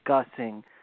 discussing